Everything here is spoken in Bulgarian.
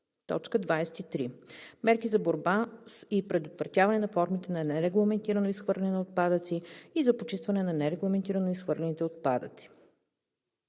г.; 23. мерки за борба с и предотвратяване на формите на нерегламентирано изхвърляне на отпадъци и за почистване на нерегламентирано изхвърлените отпадъци.“